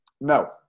No